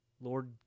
Lord